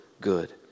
good